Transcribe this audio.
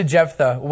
Jephthah